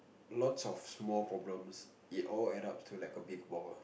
lots of small problems it all adds up to like a big ball